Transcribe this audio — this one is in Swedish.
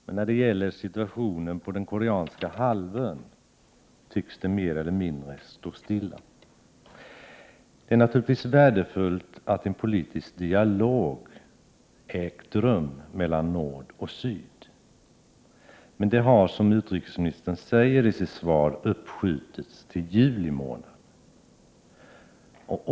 Men när det gäller situationen på den koreanska halvön tycks det mer eller mindre stå stilla. Det är naturligtvis värdefullt att en politisk dialog har ägt rum mellan Nordoch Sydkorea. Men nu har samtalen, som utrikesministern säger i sitt svar, uppskjutits till juli månad.